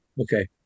Okay